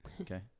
okay